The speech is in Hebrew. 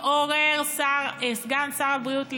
תתעורר, סגן שר הבריאות ליצמן.